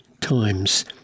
times